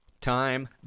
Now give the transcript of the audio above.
time